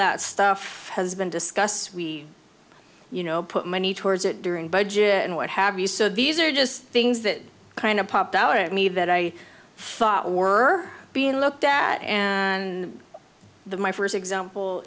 that stuff has been discussed we you know put money towards it during budget and what have you so these are just things that kind of popped out at me that i thought were being looked at and the my first example